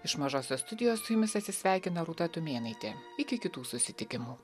iš mažosios studijos su jumis atsisveikina rūta tumėnaitė iki kitų susitikimų